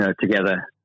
Together